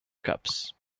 cups